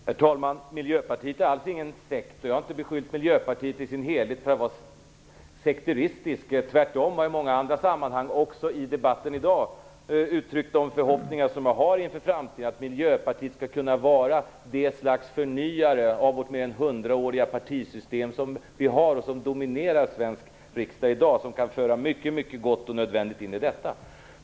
Herr talman! Miljöpartiet är alls ingen sekt! Jag har inte beskyllt Miljöpartiet i dess helhet för att vara sekteristiskt. Jag har tvärtom i många andra sammanhang och även i debatten i dag uttryckt de förhoppningar jag har inför framtiden om att Miljöpartiet skall kunna vara ett slags förnyare av det mer än hundraåriga partisystem som vi har och som dominerar svensk riksdag i dag, en förnyare som kan föra mycket gott och nödvändigt in i detta.